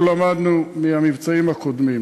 אנחנו למדנו מהמבצעים הקודמים.